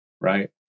right